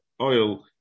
oil